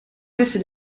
tussen